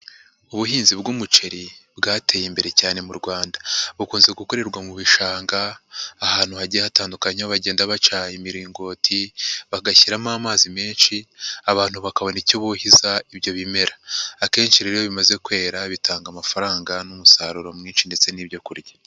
Ubuhinzi bw'umuceri bwateye imbere cyane mu Rwanda. Bukunze gukorerwa mu bishanga ahantu hagiye hatandukanye aho bagenda baca imiringoti, bagashyiramo amazi menshi, abantu bakabona icyo buhiza ibyo bimera. Akenshi rero iyo bimaze kwera bitanga amafaranga n'umusaruro mwinshi ndetse n'ibyo kurya.